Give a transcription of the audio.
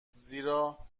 زیرا